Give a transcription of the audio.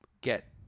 get –